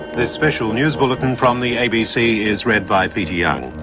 this special news bulletin from the abc is read by peter young.